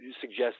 suggest